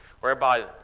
whereby